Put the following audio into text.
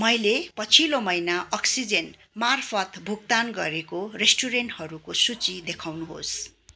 मैले पछिल्लो महिना अक्सिजेन मार्फत भुक्तान गरेको रेस्टुरेन्टहरूको सूची देखाउनुहोस्